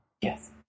yes